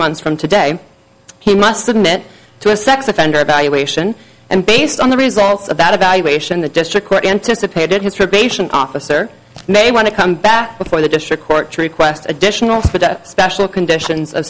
months from today he must admit to a sex offender evaluation and based on the results of that evaluation the district court anticipated his probation officer may want to come back before the district court to request additional for the special conditions of